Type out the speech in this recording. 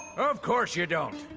of course you don't.